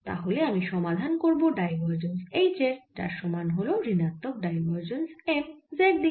তাহলে আমি সমাধান করব ডাইভারজেন্স H এর যার সমান হল ঋণাত্মক ডাইভারজেন্স M z দিকে